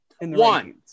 One